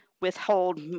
withhold